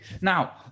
Now